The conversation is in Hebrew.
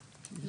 לא